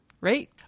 right